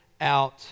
out